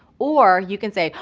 or you can say,